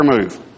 move